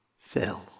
fill